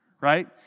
right